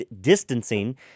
distancing